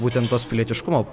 būtent tos pilietiškumo